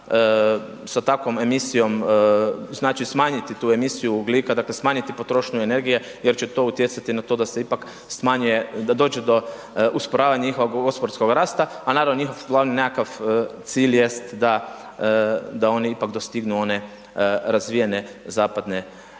sa takvom emisijom, znači smanjiti tu emisiju ugljika, dakle smanjiti potrošnju energije jer će to utjecati na to da se ipak smanjuje, da dođe do usporavanja njihova gospodarskog rasta, a naravno njihov glavni nekakav cilj jest da, da oni ipak dostignu one razvijene zapadne